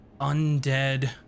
undead